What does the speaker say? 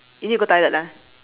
you need to go toilet ah